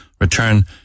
return